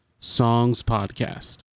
songspodcast